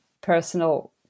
personal